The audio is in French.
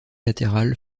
latérales